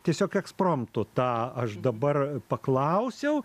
tiesiog ekspromtu tą aš dabar paklausiau